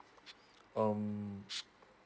um